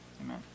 Amen